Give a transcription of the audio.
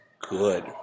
good